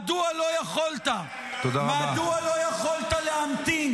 מדוע לא יכולת ------- מדוע לא יכולת להמתין